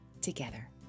together